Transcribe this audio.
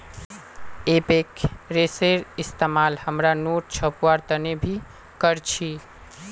एबेक रेशार इस्तेमाल हमरा नोट छपवार तने भी कर छी